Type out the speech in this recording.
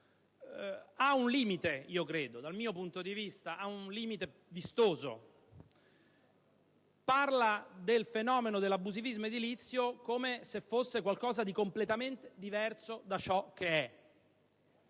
ha un limite vistoso dal mio punto di vista. Essa parla del fenomeno dell'abusivismo edilizio come se fosse qualcosa di completamente diverso da ciò che è,